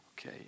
Okay